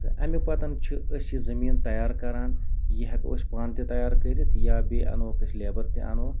تہٕ اَمہِ پَتہٕ چھِ أسۍ یہِ زٔمیٖن تَیار کران یہِ ہٮ۪کو أسۍ پانہٕ تہِ تَیار کٔرِتھ یا بیٚیہِ اَنہٕ ہوکھ أسۍ لیبر تہِ اَنہٕ ہوکھ